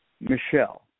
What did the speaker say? Michelle